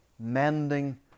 mending